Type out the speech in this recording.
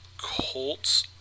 Colts